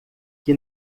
que